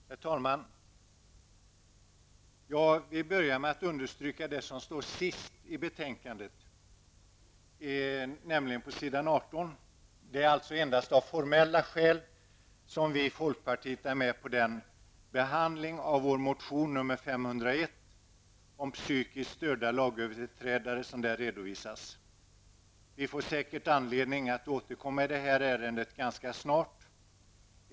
Herr talman! Jag börjar med att understryka det som står sist i betänkandet. Det är endast av formella skäl som vi i folkpartiet godtar behandlingen av vår motion 501 om psykiskt störda lagöverträdare som redovisas på s. 18. Vi får säkert anledning att återkomma i detta ärende ganska snart.